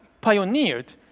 pioneered